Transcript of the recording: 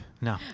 No